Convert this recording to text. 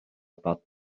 about